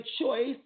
choice